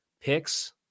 picks